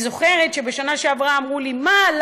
אני זוכרת שבשנה שעברה אמרו לי: מה,